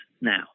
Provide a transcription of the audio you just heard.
now